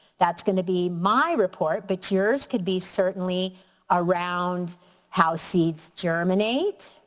that's gonna be my report, but yours could be certainly around how seeds germinate,